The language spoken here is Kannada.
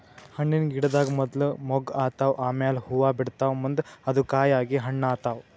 ಹಣ್ಣಿನ್ ಗಿಡದಾಗ್ ಮೊದ್ಲ ಮೊಗ್ಗ್ ಆತವ್ ಆಮ್ಯಾಲ್ ಹೂವಾ ಬಿಡ್ತಾವ್ ಮುಂದ್ ಅದು ಕಾಯಿ ಆಗಿ ಹಣ್ಣ್ ಆತವ್